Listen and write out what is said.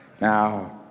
Now